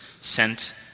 sent